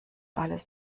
alles